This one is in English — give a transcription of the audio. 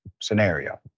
scenario